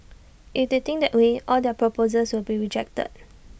if they think that way all their proposals will be rejected